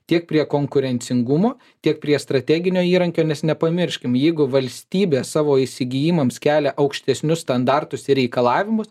tiek prie konkurencingumo tiek prie strateginio įrankio nes nepamirškim jeigu valstybė savo įsigijimams kelia aukštesnius standartus ir reikalavimus